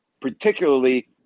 particularly